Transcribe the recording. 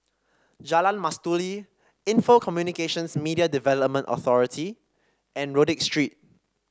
Jalan Mastuli Info Communications Media Development Authority and Rodyk Street